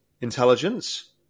intelligence